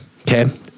Okay